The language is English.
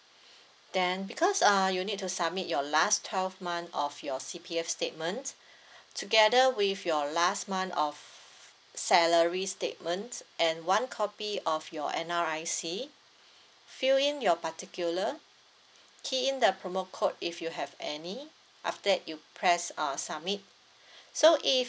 then because uh you need to submit your last twelve month of your C_P_F statement together with your last month of salary statement and one copy of your N_R_I_C fill in your particular key in the promo code if you have any after that you press err submit so if